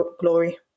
Glory